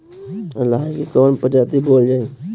लाही की कवन प्रजाति बोअल जाई?